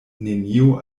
nenio